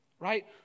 Right